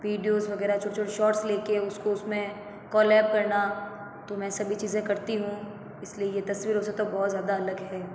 videos वगैरह छोटे छोटे शॉर्ट्स लेके उसको उसमें कोलैब करना तो मैं सभी चीज़ें करती हूँ इसलिए ये तस्वीरों से तो बहुत ज़्यादा अलग है